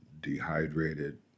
dehydrated